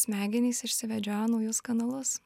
smegenys išsivedžiojo naujus kanalus